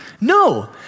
No